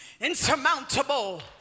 insurmountable